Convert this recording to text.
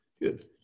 Good